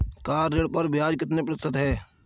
Car ऋण पर ब्याज कितने प्रतिशत है?